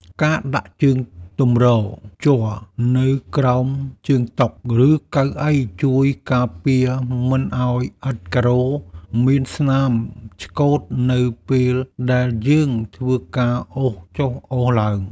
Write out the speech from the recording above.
ការដាក់ជើងទម្រជ័រនៅក្រោមជើងតុ ឬកៅអីជួយការពារមិនឱ្យឥដ្ឋការ៉ូមានស្នាមឆ្កូតនៅពេលដែលយើងធ្វើការអូសចុះអូសឡើង។